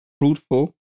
Fruitful